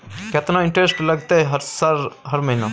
केतना इंटेरेस्ट लगतै सर हर महीना?